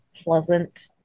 pleasant